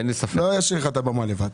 לא אשאיר לך את הבימה לבד.